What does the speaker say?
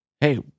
hey